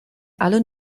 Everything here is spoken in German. alle